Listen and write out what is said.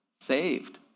saved